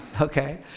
okay